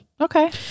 Okay